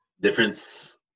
Difference